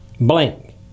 blank